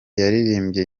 yaririmbye